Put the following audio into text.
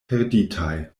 perditaj